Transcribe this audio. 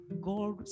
God